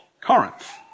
Corinth